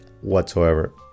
whatsoever